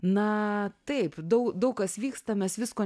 na taip dau daug kas vyksta mes visko